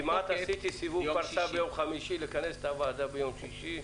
כמעט עשיתי סיבוב פרסה ביום חמישי לכנס את הוועדה ביום שישי.